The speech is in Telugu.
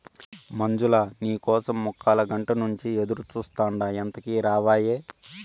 మంజులా, నీ కోసం ముక్కాలగంట నుంచి ఎదురుచూస్తాండా ఎంతకీ రావాయే